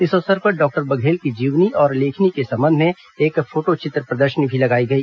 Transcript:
इस अवसर पर डॉक्टर बघेल की जीवनी और लेखनी के संबंध में एक फोटोचित्र प्रदर्शनी भी लगाई गई